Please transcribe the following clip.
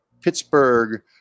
Pittsburgh